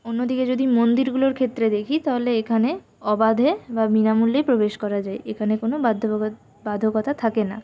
অন্যদিকে যদি মন্দিরগুলোর ক্ষেত্রে দেখি তাহলে এখানে অবাধে বা বিনা মূল্যেই প্রবেশ করা যায় এখানে কোনো বাধ্য বাধকতা থাকে না